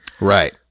Right